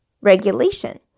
regulation